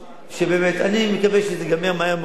כמה זמן?